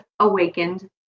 awakened